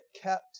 kept